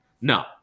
No